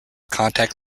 contact